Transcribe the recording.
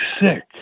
sick